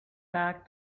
back